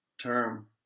term